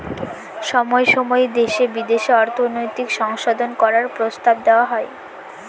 সময় সময় দেশে বিদেশে অর্থনৈতিক সংশোধন করার প্রস্তাব দেওয়া হয়